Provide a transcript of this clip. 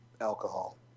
alcohol